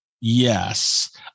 Yes